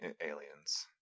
aliens